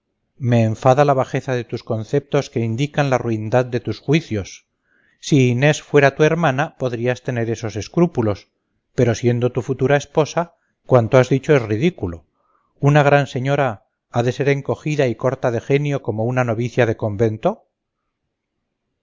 me enfada la bajeza de tus conceptos que indican la ruindad de tus juicios si inés fuera tu hermana podrías tener esos escrúpulos pero siendo tu futura esposa cuanto has dicho es ridículo una gran señora ha de ser encogida y corta de genio como una novicia de convento